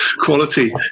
quality